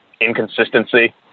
inconsistency